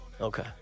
Okay